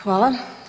Hvala.